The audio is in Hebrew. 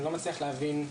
אני לא מצליח להבין.